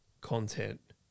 content